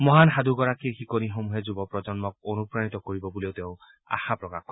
মহান সাধুগৰাকীৰ শিকনিসমূহে যুৱ প্ৰজন্মক অনুপ্ৰাণিত কৰিব বুলিও তেওঁ আশা প্ৰকাশ কৰে